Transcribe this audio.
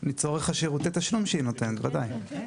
לצורך שירותי התשלום שהיא נותנת, וודאי.